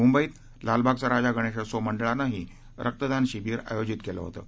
मुंबईत लालबागचा राजा गणेशोत्सव मंडळानही रक्तदान शिबिर आयोजित केलं होतं